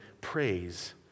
praise